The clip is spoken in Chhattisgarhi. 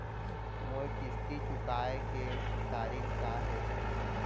मोर किस्ती चुकोय के तारीक का हे?